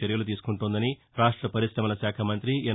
చర్యలు తీసుకుంటోందని రాష్ట పరిశమల శాఖ మంతి ఎన్